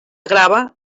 grava